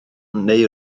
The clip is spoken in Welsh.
neu